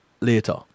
later